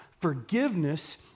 forgiveness